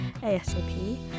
asap